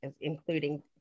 including